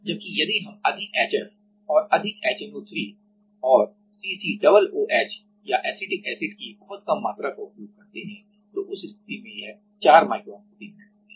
जबकि यदि हम अधिक HF और अधिक HNO3 और सीसी डबल ओएच या एसिटिक एसिड की बहुत कम मात्रा का उपयोग करते हैं तो उस स्थिति में यह 4 माइक्रोन प्रति मिनट होगी